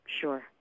Sure